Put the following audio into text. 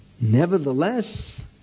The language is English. nevertheless